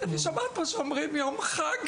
אני שומעת פה שאנשים אומרים קוראים ליום הזה יום חג,